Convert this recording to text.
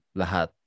lahat